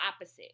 opposite